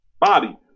Bobby